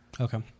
Okay